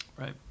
right